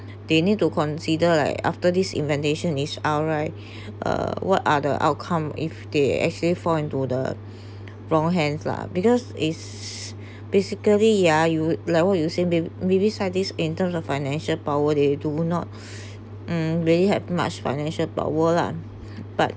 they need to consider like after this inventation is out right uh what other outcome if they actually fall into the wrong hands lah because is basically ya you like what you say be~ maybe scientist in terms of financial power they do not um really have much financial power lah but